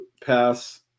pass